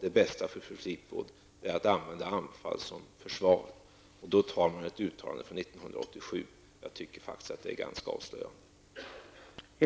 Det bästa för Fleetwood är då att använda anfall som försvar. Då tar hon till ett uttalande från 1987. Jag tycker faktiskt att det är ganska avslöjande.